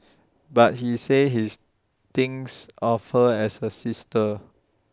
but he says his thinks of her as A sister